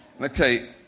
Okay